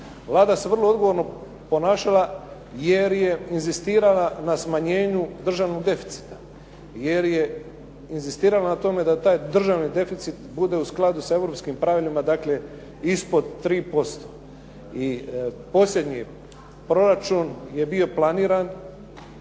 Vlada se vrlo odgovorno ponašala jer je inzistirala na smanjenju državnog deficita, jer je inzistirala na tome da taj državni deficit bude u skladu s Europskim pravilima, dakle ispod 3% i posljednji proračun je bio planiran